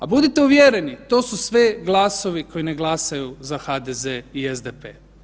A budite uvjereni, to su sve glasovi koji ne glasaju za HDZ i SDP.